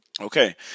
Okay